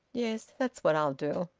yes, that's what i'll do.